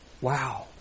Wow